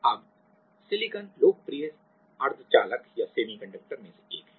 अब सिलिकॉन लोकप्रिय अर्धचालक सेमीकंडक्टर semiconductor में से एक है